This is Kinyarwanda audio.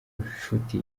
nshuti